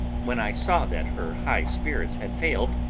when i saw that her high spirits had failed,